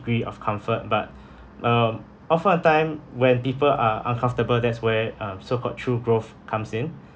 of comfort but um often a time when people are uncomfortable that's where um so-called true growth comes in